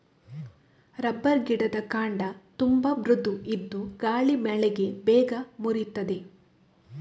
rubber ಗಿಡದ ಕಾಂಡ ತುಂಬಾ ಮೃದು ಇದ್ದು ಗಾಳಿ ಮಳೆಗೆ ಬೇಗ ಮುರೀತದೆ